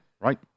right